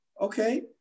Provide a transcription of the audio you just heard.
Okay